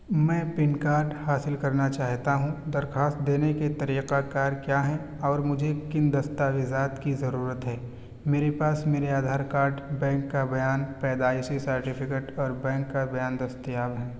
میں PAN card حاصل کرنا چاہتا ہوں درخواست دینے کے طریقہ کار کیا ہیں اور مجھے کن دستاویزات کی ضرورت ہے میرے پاس میرے آدھار کارڈ بینک کا بیان پیدائشی سرٹیفکیٹ اور بینک کا بیان دستیاب ہیں